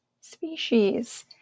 species